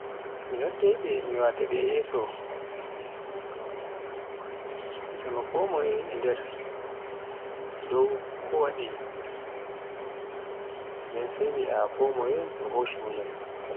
Mi noddaiɓe, mi waate ɓe yeeso mi nyama kon moye no waɗi nden mi'iya konmoye e hoccu munyal.